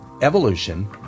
Evolution